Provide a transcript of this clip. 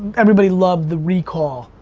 everybody loved the recall,